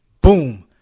boom